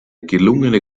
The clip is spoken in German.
gelungene